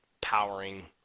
powering